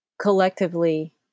collectively